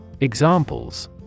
Examples